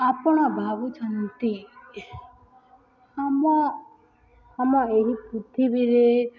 ଆପଣ ଭାବୁଛନ୍ତି ଆମ ଆମ ଏହି ପୃଥିବୀରେ